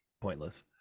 pointless